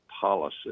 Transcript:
policy